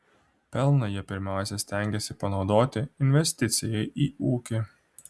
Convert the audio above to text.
pelną jie pirmiausia stengiasi panaudoti investicijai į ūkį